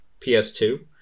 PS2